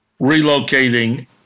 relocating